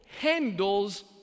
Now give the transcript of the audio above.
handles